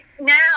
Now